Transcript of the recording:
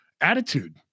attitude